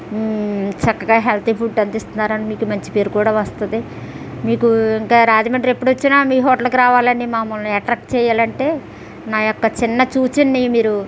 చక్కగా healthy food అందిస్తున్నారని మీకు మంచి పేరు కూడా వస్తుంది మీకు ఇంకా రాజమండ్రి ఎప్పుడు వచ్చినా మీ హోటల్కి రావాలని మమ్మల్ని అట్రాక్ట్ చేయ్యాలంటే నా యొక్క చిన్న సూచన్ని మీరు